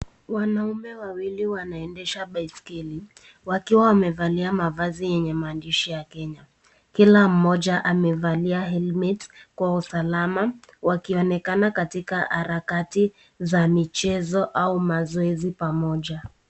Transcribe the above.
Wanaume wawili wanaendesha baiskeli wakiwa wamevalia mavazi yenye maandishi ya Kenya. Kila mmoja amevalia helmet kwa usalama wakionekana katika harakati za michezo au mazoezi pamoja.